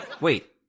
Wait